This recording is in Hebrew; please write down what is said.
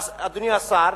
אדוני השר,